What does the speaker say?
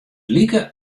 like